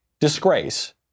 disgrace